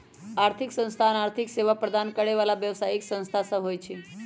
आर्थिक संस्थान आर्थिक सेवा प्रदान करे बला व्यवसायि संस्था सब होइ छै